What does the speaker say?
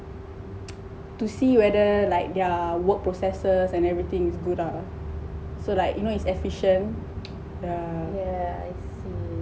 to see whether like their work processors and everything is good ah so like you know its efficient